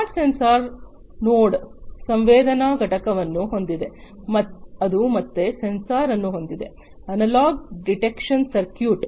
smart sensor node ಸಂವೇದನಾ ಘಟಕವನ್ನು ಹೊಂದಿದೆ ಅದು ಮತ್ತೆ ಸೆನ್ಸರ್ ಅನ್ನು ಹೊಂದಿದೆ ಅನಲಾಗ್ ಡಿಟೆಕ್ಷನ್ ಸರ್ಕ್ಯೂಟ್